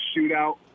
shootout